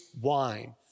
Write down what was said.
wine